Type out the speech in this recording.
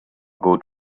good